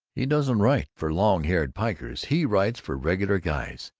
he doesn't write for long-haired pikers, he writes for regular guys,